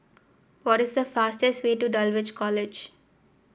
what is the fastest way to Dulwich College